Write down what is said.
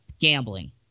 gambling